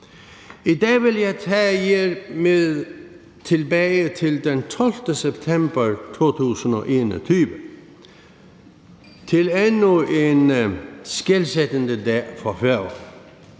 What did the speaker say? I dag vil jeg tage jer med tilbage til den 12. september 2021 til endnu en skelsættende dag for